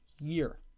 year